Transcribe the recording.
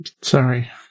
Sorry